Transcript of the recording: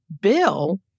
bill